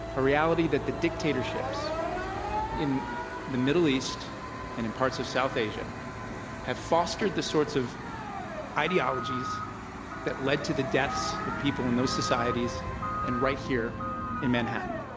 a reality that the dictatorships in the middle east and in parts of south asia have fostered the sorts of ideologies that led to the deaths of people in those societies and right here in manhattan